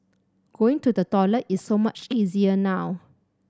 going to the toilet is so much easier now